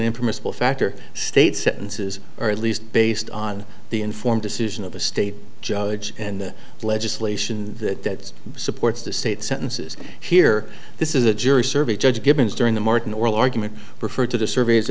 a permissible factor state sentences or at least based on the informed decision of a state judge and legislation that supports the state sentences here this is a jury survey judge givens during the martin oral argument referred to the surveys